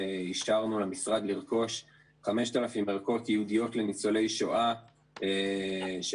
אישרנו למשרד לרכוש 5,000 ערכות ייעודיות לניצולי שואה של